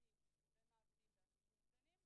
מציעים שזה במסגרת שאינה כרוכה בעוולה אזרחית,